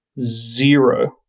zero